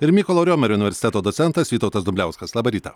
ir mykolo romerio universiteto docentas vytautas dumbliauskas labą rytą